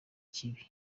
ikibi